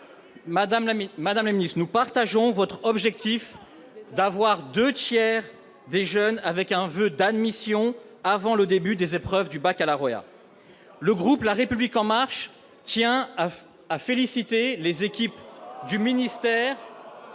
formulés. Nous partageons votre objectif d'une obtention par les deux tiers des jeunes d'un voeu d'admission avant le début des épreuves du baccalauréat. Le groupe La République En Marche tient à féliciter les équipes du ministère,